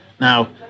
Now